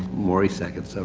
morrie seconds. i'm